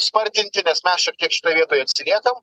spartinti nes mes šiek tiek šitoj vietoj atsiliekam